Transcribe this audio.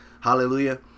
hallelujah